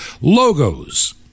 logos